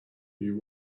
you